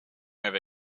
over